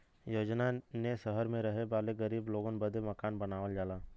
योजना ने सहर मे रहे वाले गरीब लोगन बदे मकान बनावल जाला